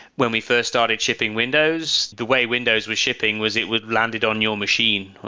when we first started shipping windows, the way windows were shipping was it would landed on your machine.